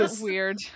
weird